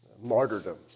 Martyrdom